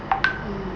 mm